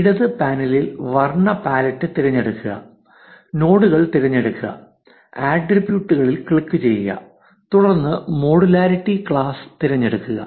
ഇടത് പാനലിൽ വർണ്ണ പാലറ്റ് തിരഞ്ഞെടുക്കുക നോഡുകൾ തിരഞ്ഞെടുക്കുക ആട്രിബ്യൂട്ടുകളിൽ ക്ലിക്കുചെയ്യുക തുടർന്ന് മോഡുലാരിറ്റി ക്ലാസ് തിരഞ്ഞെടുക്കുക